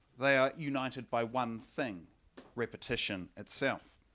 they are united by one thing repetition itself.